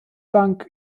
bank